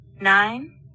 Nine